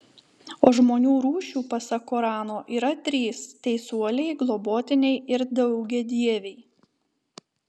o žmonių rūšių pasak korano yra trys teisuoliai globotiniai ir daugiadieviai